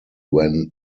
when